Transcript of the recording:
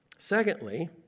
Secondly